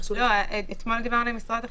אתמול דיברנו עם משרד החינוך,